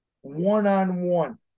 one-on-one